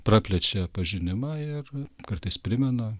praplečia pažinimą ir kartais primena